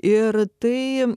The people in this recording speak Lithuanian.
ir tai